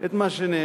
את מה שנאמר.